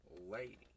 lady